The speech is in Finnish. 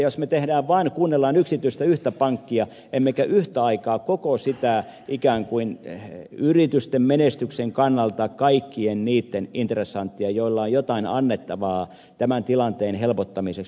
jos me kuuntelemme vain yhtä yksityistä pankkia emmekä yhtä aikaa yritysten menestyksen kannalta kaikkia niitä intresantteja joilla on jotain annettavaa tämän tilanteen helpottamiseksi